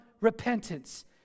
repentance